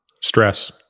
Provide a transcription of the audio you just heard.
Stress